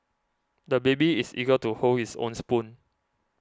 the baby is eager to hold his own spoon